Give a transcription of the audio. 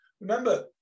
Remember